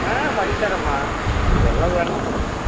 ம் பண்ணி தரம்மா உங்களுக்கு எவ்வளோ வேணுமோ கொடுக்குறேன்